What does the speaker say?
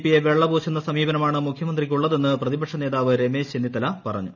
P യെ വെള്ളപൂശുന്ന സമീപനമാണ് മുഖ്യമന്ത്രിയ്ക്കുള്ളതെന്ന് പ്രതിപക്ഷ നേതാവ് രമേശ് ചെന്നിത്തല പറഞ്ഞു